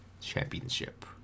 championship